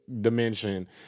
dimension